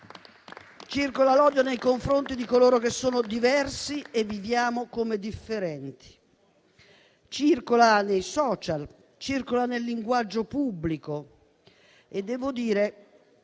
Circola l'odio nei confronti di coloro che sono diversi e viviamo come differenti; circola nei *social*, nel linguaggio pubblico e devo dire